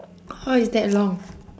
how is that long